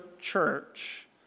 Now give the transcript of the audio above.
church